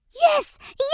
Yes